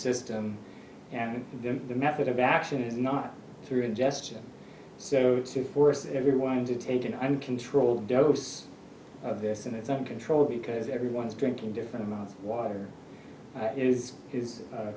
system and then the method of action is not through ingestion so to force everyone to take an uncontrolled dose of this in its own control because everyone's drinking different amounts of water is is